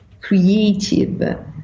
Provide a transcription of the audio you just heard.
creative